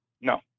No